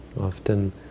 Often